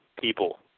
people